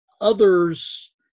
Others